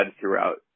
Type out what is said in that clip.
throughout